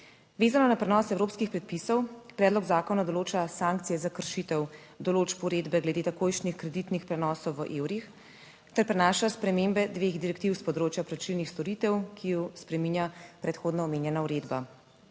Vezano na prenos evropskih predpisov predlog zakona določa sankcije za kršitev določb uredbe glede takojšnjih kreditnih prenosov v evrih ter prinaša spremembe dveh direktiv s področja plačilnih storitev, ki ju spreminja predhodno omenjena uredba.